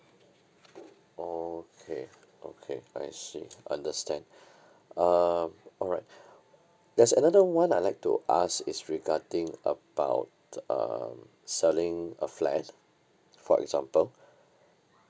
okay okay I see understand um alright there's another one I'd like to ask it's regarding about um selling a flat for example